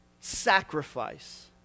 Sacrifice